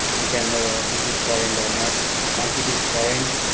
you can know it is current or not once it is current